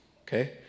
Okay